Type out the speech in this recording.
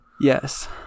Yes